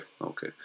Okay